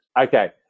okay